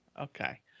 Okay